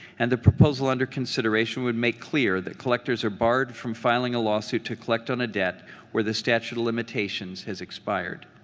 and the proposal under consideration would make clear that collectors are barred from filing a lawsuit to collect on a debt where the statute of limitations has expired.